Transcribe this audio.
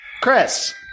Chris